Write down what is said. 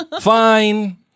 Fine